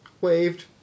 Waved